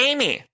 Amy